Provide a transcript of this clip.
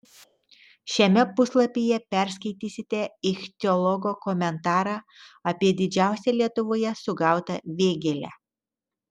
šiame puslapyje perskaitysite ichtiologo komentarą apie didžiausią lietuvoje sugautą vėgėlę